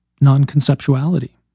non-conceptuality